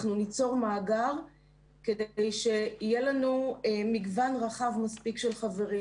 אנחנו ניצור מאגר כדי שיהיה לנו מגוון רחב מספיק של חברים,